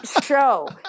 show